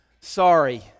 sorry